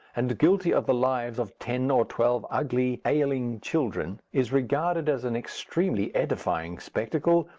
and guilty of the lives of ten or twelve ugly ailing children, is regarded as an extremely edifying spectacle,